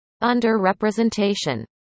under-representation